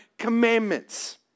commandments